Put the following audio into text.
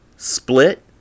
Split